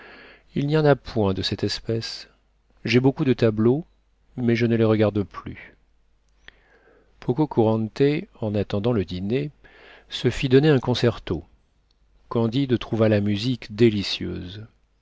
il n'y en a point de cette espèce j'ai beaucoup de tableaux mais je ne les regarde plus pococurante en attendant le dîner se fit donner un concerto candide trouva la musique délicieuse